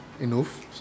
enough